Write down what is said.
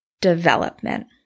development